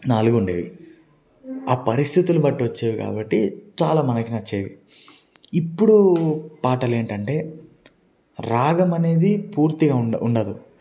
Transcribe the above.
నాలుగు ఉండేవి ఆ పరిస్థితులను బట్టి వచ్చేవి కాబట్టి చాలా మనకు నచ్చేవి ఇప్పుడు పాటలు ఏంటంటే రాగమనేది పూర్తిగా ఉండ ఉండదు